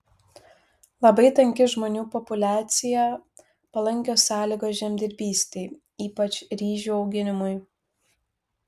labai tanki žmonių populiacija palankios sąlygos žemdirbystei ypač ryžių auginimui